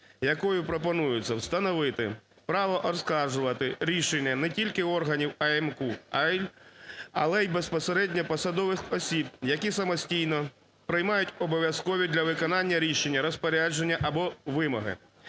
Якою пропонується встановити право оскаржувати рішення не тільки органів АМКУ, але і безпосередньо посадових осіб, які самостійно приймають обов'язкові для виконання рішення, розпорядження або вимоги.